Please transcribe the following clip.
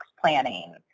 planning